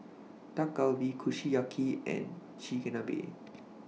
Dak Galbi Kushiyaki and Chigenabe